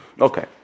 Okay